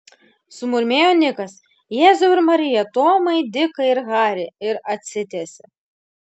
sumurmėjo nikas jėzau ir marija tomai dikai ir hari ir atsitiesė